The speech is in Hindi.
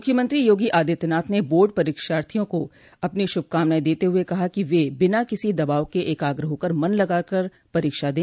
मुख्यमंत्री योगी आदित्यनाथ ने बोर्ड परीक्षार्थियों को अपनी शुभकामनाएं देते हुए कहा कि वे बिना किसी दबाव के एकाग्र होकर मन लगाकर परीक्षा दें